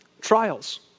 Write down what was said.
trials